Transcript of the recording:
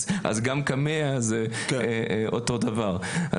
אז גם קמ"ע זה אותו דבר.